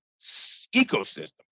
ecosystem